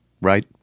right